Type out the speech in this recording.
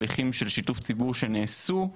חשוב כן להתחיל לעבוד על הכנת כל החומרים ולהוציא הרשאות,